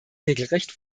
regelrecht